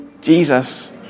Jesus